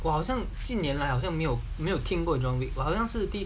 我好像近年来好像没有没有听过 john wick 了好像是的